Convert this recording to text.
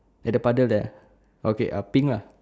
at the puddle there okay uh pink lah